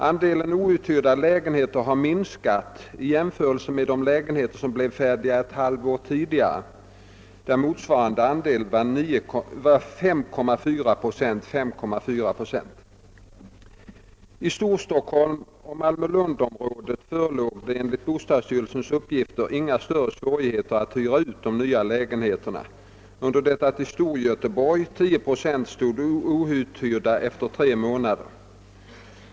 Andelen outhyrda lägenheter har minskat i jämförelse med de lägenheter som blev färdiga ett halvår tidigare, där motsvarande andel var 5,4 procent. I Storstockholm och Malmö-Lundområdet förelåg det, enligt bostadsstyrelsens uppgifter, inga större svårigheter att hyra ut de nya lägenheterna, under det att i Storgöteborg 10 procent stod outhyrda efter tre månader.